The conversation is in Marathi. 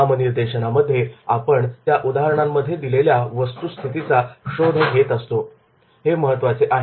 नामनिर्देशनामध्ये आपण त्या उदाहरणांमध्ये दिलेल्या वस्तुस्थितीचा शोध घेत असतो हे महत्त्वाचे आहे